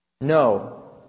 No